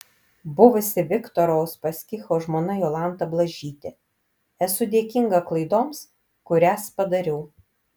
buvusi viktoro uspaskicho žmona jolanta blažytė esu dėkinga klaidoms kurias padariau